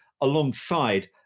alongside